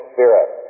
Spirit